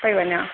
पेई वञां